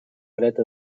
dreta